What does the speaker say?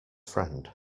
friend